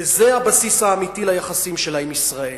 וזה הבסיס האמיתי ליחסים שלה עם ישראל,